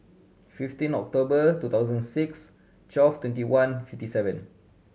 fifteen October two thousand six twelve twenty one fifty seven